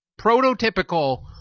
prototypical